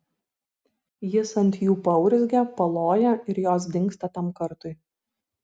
jis ant jų paurzgia paloja ir jos dingsta tam kartui